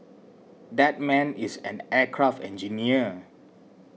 that man is an aircraft engineer